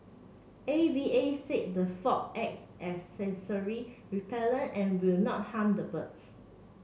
A V A said the fog acts as sensory repellent and will not harm the birds